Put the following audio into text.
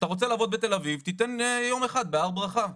אתה רוצה לעבוד בתל אביב תיתן יום אחד בהר ברכה.